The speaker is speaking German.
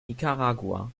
nicaragua